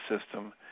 system